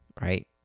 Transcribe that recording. right